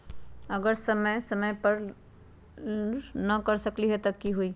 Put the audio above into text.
अगर समय समय पर न कर सकील त कि हुई?